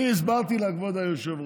אני הסברתי לה, כבוד היושב-ראש.